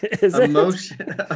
emotion